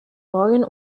morgen